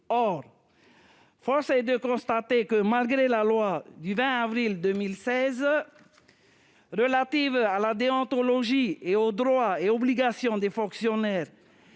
Or force est de constater que, malgré la loi du 20 avril 2016 relative à la déontologie et aux droits et obligations des fonctionnaires